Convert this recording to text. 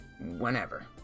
Whenever